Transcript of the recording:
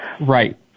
Right